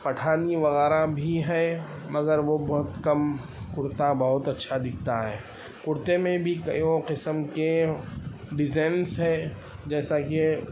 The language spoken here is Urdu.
پٹھانی وغیرہ بھی ہیں مگر وہ بہت کم کرتا بہت اچھا دکھتا ہے کرتے میں بھی کیو قسم کے ڈیزائنس ہیں جیسا کہ